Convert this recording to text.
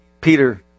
Peter